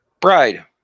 Bride